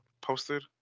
posted